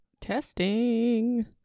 Testing